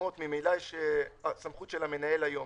תשומות ממילא יש סמכות של המנהל היום